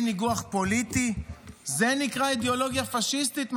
ניגוח פוליטי זה נקרא אידיאולוגיה פשיסטית,